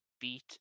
beat